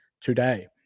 today